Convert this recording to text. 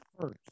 first